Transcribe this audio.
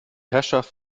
herrschaft